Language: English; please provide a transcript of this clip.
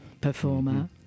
performer